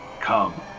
come